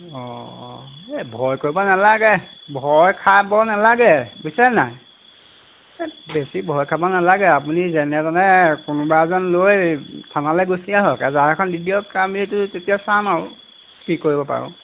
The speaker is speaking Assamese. অঁ অঁ এই ভয় কৰিব নালাগে ভয় খাব নালাগে বুজিছানে নাই এই বেছি ভয় খাব নালাগে আপুনি যেনে যেনে কোনোবা এজন লৈ থানালৈ গুচি আহক এজাহাৰখন দি দিয়ক আমিতো তেতিয়া চাম আৰু কি কৰিব পাৰোঁ